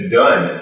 done